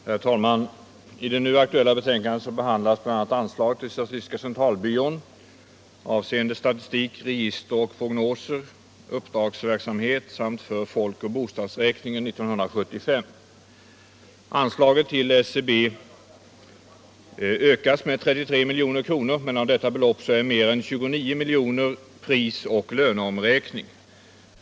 Herr talman! I det nu aktuella betänkandet behandlas bl.a. anslag till statistiska centralbyrån avseende statistik, register och prognoser, uppdragsverksamhet samt folkoch bostadsräkningen 1975. Anslaget till SCB ökas med 33 milj.kr., men av detta belopp är mer än 29 milj.kr. prisoch löneomräkning.